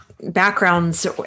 backgrounds